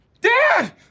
Dad